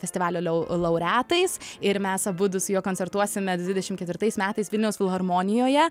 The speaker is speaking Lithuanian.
festivalio lau laureatais ir mes abudu su juo koncertuosime dvidešim ketvirtais metais vilniaus filharmonijoje